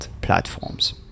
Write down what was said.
platforms